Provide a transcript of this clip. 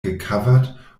gecovert